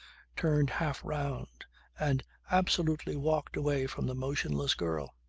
turned half round and absolutely walked away from the motionless girl.